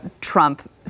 Trump